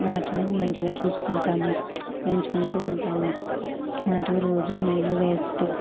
వాటిని మంచిగా చూసుకుంటాము పెంచుకుంటూ ఉంటాము వాటికి రోజూ నీళ్లు వేస్తూ